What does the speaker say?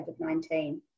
COVID-19